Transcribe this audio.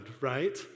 right